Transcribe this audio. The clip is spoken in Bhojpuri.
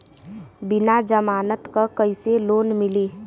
बिना जमानत क कइसे लोन मिली?